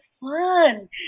fun